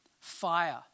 fire